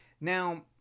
now